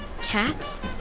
cats